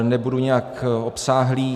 Nebudu nijak obsáhlý.